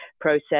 process